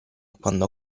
quando